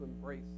embrace